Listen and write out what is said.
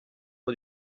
eux